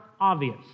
obvious